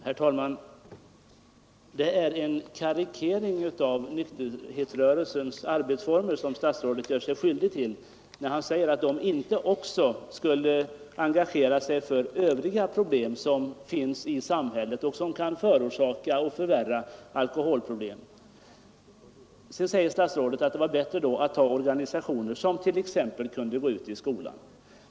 Herr talman! Det är en karikering av nykterhetsrörelsens arbetsformer som statsrådet gör sig skyldig till när han säger att den inte också skulle engagera sig i övriga problem som finns i samhället och som kan förorsaka och förvärra alkoholproblem. Sedan säger statsrådet att det var bättre att ge pengar till organisationer som t.ex. kunde gå ut i skolan.